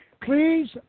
please